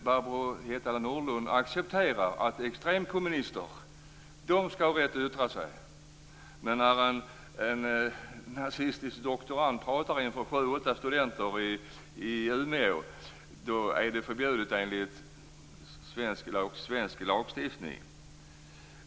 Barbro Heitala Nordlund accepterar att extremkommunister skall ha rätt att yttra sig, men att en nazistisk doktorand talar inför sju åtta studenter i Umeå är förbjudet enligt svensk lagstiftning.